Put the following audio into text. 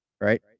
Right